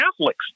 Catholics